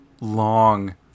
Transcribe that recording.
long